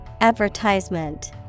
Advertisement